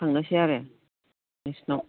थांनोसै आरो नोंसिनाव